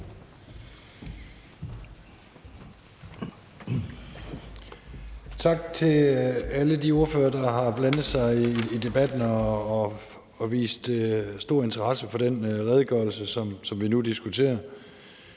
Tak til alle de ordførere, der har blandet sig i debatten og vist stor interesse for den redegørelse, som vi nu diskuterer.